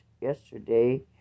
yesterday